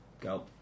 Go